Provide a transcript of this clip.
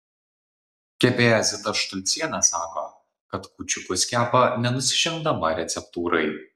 kepėja zita štulcienė sako kad kūčiukus kepa nenusižengdama receptūrai